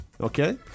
Okay